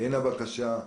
הן הבקשה,